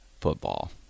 football